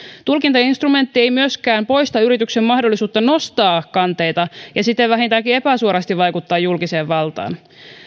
tulkintainstrumentti ei myöskään poista yrityksen mahdollisuutta nostaa kanteita ja siten vähintäänkin epäsuorasti vaikuttaa julkiseen valtaan